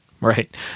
Right